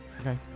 Okay